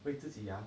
会自己呀